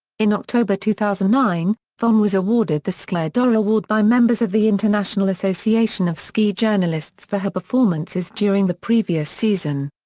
in october two thousand and nine vonn was awarded the skieur d'or award by members of the international association of ski journalists for her performances during the previous season.